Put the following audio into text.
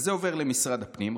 אז זה עובר למשרד הפנים.